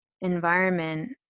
environment